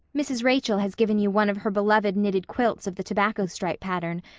mrs. rachel has given you one of her beloved knitted quilts of the tobacco stripe pattern,